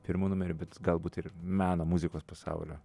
pirmu numeriu bet galbūt ir meno muzikos pasaulio